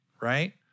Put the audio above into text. right